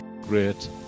great